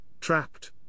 trapped